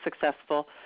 successful